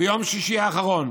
ביום שישי האחרון